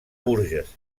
bourges